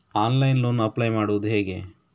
Online loan apply ಮಾಡುವುದು ಹೇಗೆ?